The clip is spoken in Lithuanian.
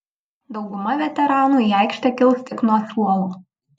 dauguma veteranų į aikštę kils tik nuo suolo